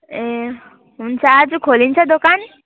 ए हुन्छ आज खोलिन्छ दोकान